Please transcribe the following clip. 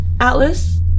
Atlas